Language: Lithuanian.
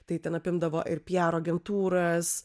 tai ten apimdavo ir pr agentūras